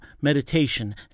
Meditation